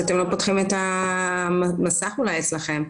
אני מבין שזה הרעיון של הצעת החוק.